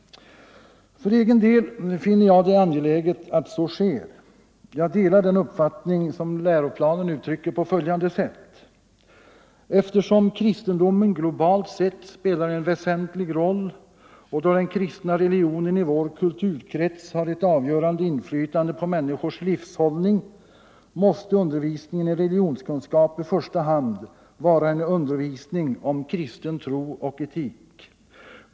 För egen del finner jag det angeläget att så sker. Jag delar den uppfattning som läroplanen uttrycker på följande sätt: ”Eftersom kristendomen globalt sett spelar en väsentlig roll, och då den kristna religionen i vår kulturkrets har ett avgörande inflytande på människors livshållning, måste undervisningen i religionskunskap i första hand vara en undervisning om kristen tro och etik.